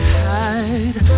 hide